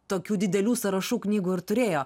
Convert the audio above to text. tokių didelių sąrašų knygų ir turėjo